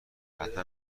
حتما